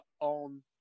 on